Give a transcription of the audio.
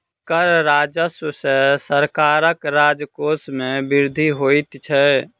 कर राजस्व सॅ सरकारक राजकोश मे वृद्धि होइत छै